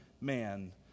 man